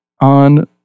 on